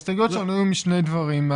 ההסתייגויות שלנו היו משני דברים.